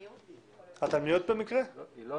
טל הציגה את הדברים, אני חושבת שאין לי מה